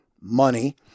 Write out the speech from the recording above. money